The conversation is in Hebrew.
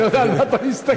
אני יודע על מה אתה מסתכל.